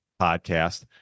podcast